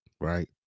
right